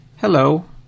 hello